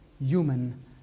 human